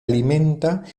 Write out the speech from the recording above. alimenta